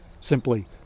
simply